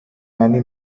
many